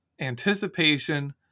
anticipation